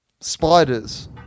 Spiders